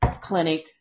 clinic